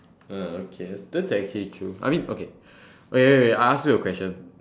uh okay that's actually true I mean okay wait wait I ask you a question